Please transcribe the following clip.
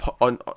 on